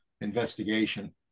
investigation